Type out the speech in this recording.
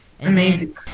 Amazing